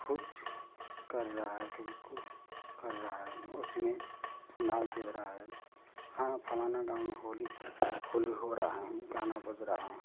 कुछ कर रहा है क्योंकि कर रहा है उसमें उसमें नाच देख रहा है हाँ फ़लाना गाँव में होली होली हो रही है गाना बज रहा है